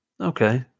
Okay